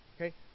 Okay